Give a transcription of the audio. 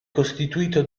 costituito